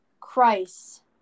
Christ